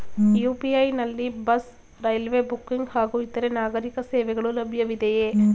UPI ನಲ್ಲಿ bus, railway booking ಹಾಗೂ ಇತರೆ ನಾಗರೀಕ ಸೇವೆಗಳು ಲಭ್ಯವಿದೆಯೇ?